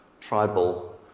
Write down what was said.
tribal